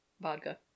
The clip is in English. vodka